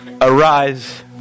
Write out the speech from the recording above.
Arise